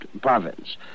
province